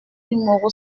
numéro